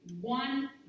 one